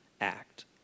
act